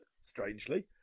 strangely